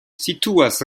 situas